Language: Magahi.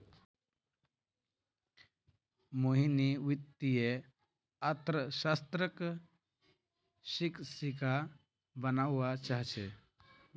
मोहिनी वित्तीय अर्थशास्त्रक शिक्षिका बनव्वा चाह छ